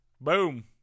Boom